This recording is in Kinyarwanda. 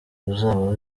uzaba